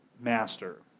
master